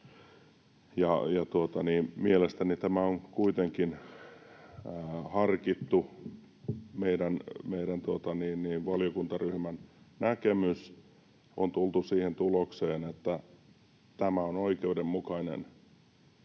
mielestäni tämä on kuitenkin meidän valiokuntaryhmän harkittu näkemys. On tultu siihen tulokseen, että tämä on oikeudenmukainen